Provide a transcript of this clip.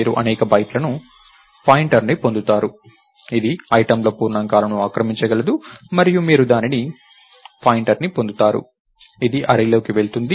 మీరు అనేక బైట్లకు పాయింటర్ని పొందుతారు ఇది ఐటెమ్ల పూర్ణాంకాలను ఆక్రమించగలదు మరియు మీరు దానికి పాయింటర్ని పొందుతారు అది అర్రేలోకి వెళుతుంది